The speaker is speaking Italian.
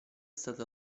stata